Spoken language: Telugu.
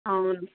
అవును